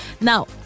Now